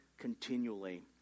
Continually